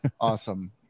Awesome